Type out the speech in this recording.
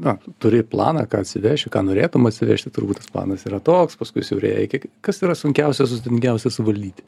na turi planą ką atsiveši ką norėtum atsivežti turbūt tas planas yra toks paskui siaurėja iki kas yra sunkiausia sudėtingiausia suguldyti